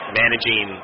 managing